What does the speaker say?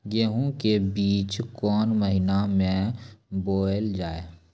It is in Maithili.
गेहूँ के बीच कोन महीन मे बोएल जाए?